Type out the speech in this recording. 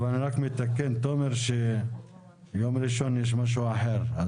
טוב, אני רק מתקן תומר שיום ראשון יש משהו אחר.